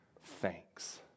thanks